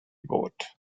boat